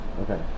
Okay